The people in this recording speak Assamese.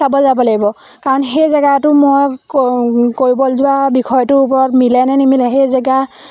চাবলৈ যাব লাগিব কাৰণ সেই জেগাটো মই কৰিবলৈ যোৱা বিষয়টোৰ ওপৰত মিলে নে নিমিলে সেই জেগা